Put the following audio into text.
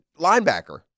linebacker